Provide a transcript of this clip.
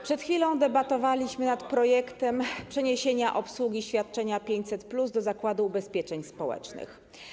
Przed chwilą debatowaliśmy nad projektem przeniesienia obsługi świadczenia 500+ do Zakładu Ubezpieczeń Społecznych.